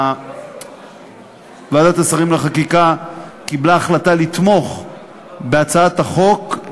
וועדת השרים לחקיקה החליטה לתמוך בהצעת החוק,